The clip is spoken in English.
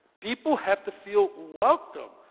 people have to feel welcome.